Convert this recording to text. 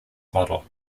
model